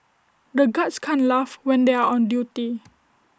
the guards can't laugh when they are on duty